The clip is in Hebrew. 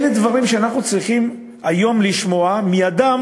אלה דברים שאנחנו צריכים היום לשמוע מאדם